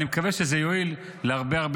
אני רוצה להודות גם ליושב-ראש הוועדה, הרב